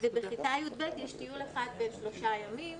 ובכיתה י"ב יש טיול אחד בן שלושה ימים,